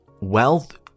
wealth